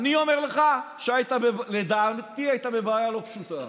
אני אומר לך שלדעתי היית בבעיה לא פשוטה.